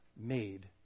made